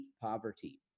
poverty